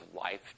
life